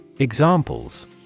Examples